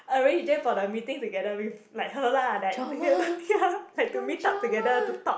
arrange them for the meeting together with like her lah like together ya like to meet up together to talk